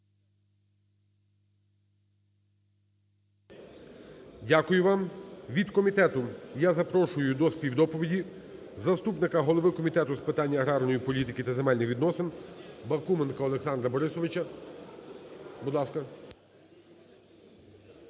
Дякую вам. Від комітету я запрошую до співдоповіді заступника голови Комітету з питань аграрної політики та земельних відносин Бакуменка Олександра Борисовича. Будь ласка.